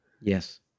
yes